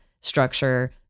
structure